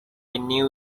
new